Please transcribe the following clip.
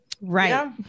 right